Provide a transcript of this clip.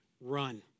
run